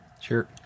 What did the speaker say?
Sure